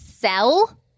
sell